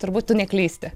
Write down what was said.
turbūt tu neklysti